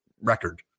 record